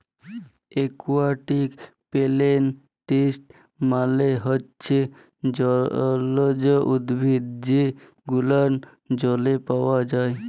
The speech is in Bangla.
একুয়াটিক পেলেনটস মালে হচ্যে জলজ উদ্ভিদ যে গুলান জলে পাওয়া যায়